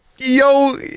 yo